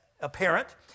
apparent